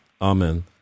Amen